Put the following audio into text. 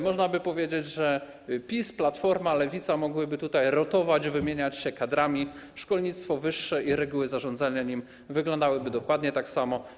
Można by powiedzieć, że PiS, Platforma, Lewica mogłyby tutaj rotować, wymieniać się kadrami, a szkolnictwo wyższe i reguły zarządzania nim wyglądałyby dokładnie tak samo.